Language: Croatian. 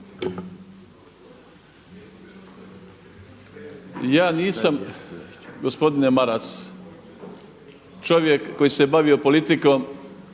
ja nisam, gospodine Maras čovjek koji se bavio politikom